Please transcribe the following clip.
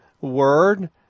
word